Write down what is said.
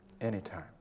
anytime